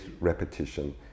repetition